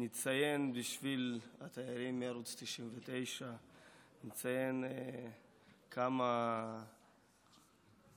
נציין בשביל התיירים מערוץ 99 כמה ציטוטים